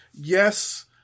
Yes